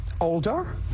older